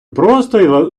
просто